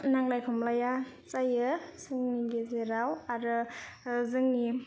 नांलाय खमलाया जायो जोंनि गेजेराव आरो जोंनि